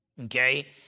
okay